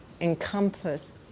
encompass